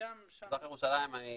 מזרח ירושלים,